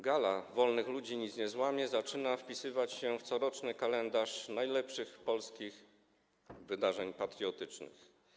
Gala „Wolnych ludzi nic nie złamie” zaczyna wpisywać się w coroczny kalendarz najlepszych polskich wydarzeń patriotycznych.